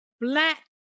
black